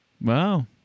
Wow